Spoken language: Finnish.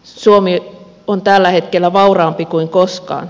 suomi on tällä hetkellä vauraampi kuin koskaan